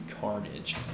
Carnage